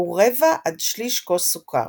היא רבע עד שליש כוס סוכר.